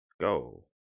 go